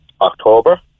October